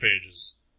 pages